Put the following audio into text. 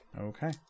Okay